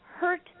hurt